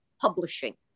publishing